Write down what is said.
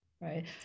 right